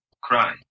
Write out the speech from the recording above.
cry